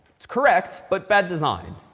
it's correct. but bad design.